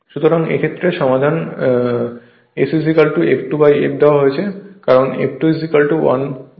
সুতরাং এই ক্ষেত্রে সমাধান Sf2f দেওয়া হয়েছে